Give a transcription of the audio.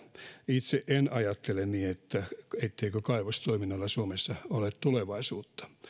itse en ajattele niin etteikö kaivostoiminnalla suomessa ole tulevaisuutta